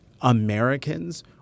Americans